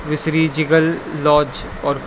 ویسری جیگل لاج اور